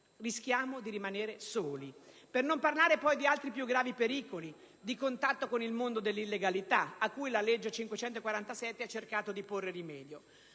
rischiamo di rimanere soli. Per non parlare poi di altri più gravi pericoli di contatto con il mondo dell'illegalità, cui la legge n. 547 del 1993 ha cercato di porre rimedio.